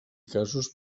casos